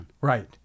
Right